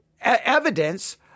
evidence